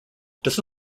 does